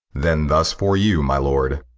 then thus for you my lord,